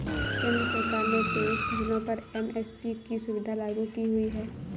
केंद्र सरकार ने तेईस फसलों पर एम.एस.पी की सुविधा लागू की हुई है